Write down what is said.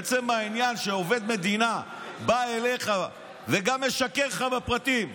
עצם העניין שעובד מדינה בא אליך וגם משקר לך בפרטים,